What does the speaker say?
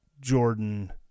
Jordan